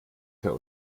für